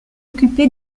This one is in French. occupé